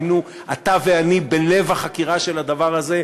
היינו אתה ואני בלב החקירה של הדבר הזה,